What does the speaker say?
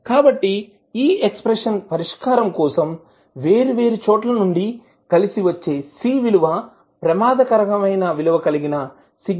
కాబట్టి ఈ ఎక్స్ప్రెషన్ పరిష్కారం కోసం వేర్వేరు చోట్ల నుండి కలసివచ్చే C విలువ ప్రమాదకరమైన విలువకలిగిన σc కంటే ఎక్కువ ఉండాలి